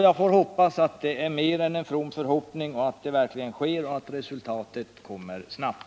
Jag får hoppas att detta är mer än en from förhoppning, att det verkligen sker och att resultatet kommer snart.